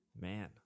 man